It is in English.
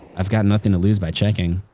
i've got nothing to lose by checking.